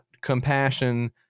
compassion